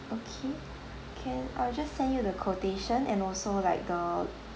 okay can I'll just send you the quotation and also like the